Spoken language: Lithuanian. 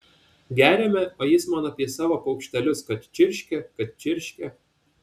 geriame o jis man apie savo paukštelius kad čirškia kad čirškia